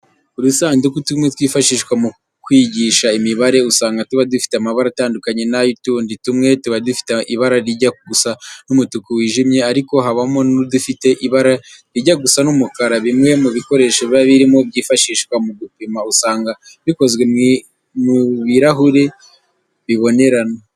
Udusanduku tumwe twifashishwa mu kwigisha imibare, usanga tuba dufite amabara atandukanye n'ay'utundi. Tumwe tuba dufite ibara rijya gusa n'umutuku wijimye ariko habaho n'udufite ibara rijya gusa n'umukara. Bimwe mu bikoresho biba birimo byifashishwa mu gupima, usanga bikozwe mu birahuri bibonerana.